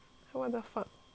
then 就 okay fish